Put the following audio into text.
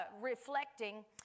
reflecting